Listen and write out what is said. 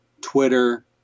Twitter